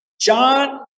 John